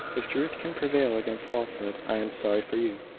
if truth can prevail against falsehood. i am sorry for you,